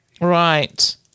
right